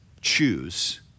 choose